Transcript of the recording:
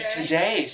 Today